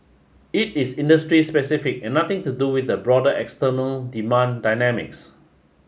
it is industry specific and nothing to do with the broader external demand dynamics